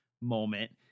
moment